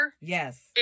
Yes